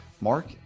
Mark